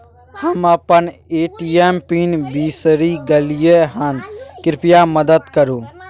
हम अपन ATM pin बिसरि गलियै हन, कृपया मदद करु